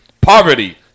poverty